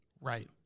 Right